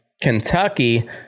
Kentucky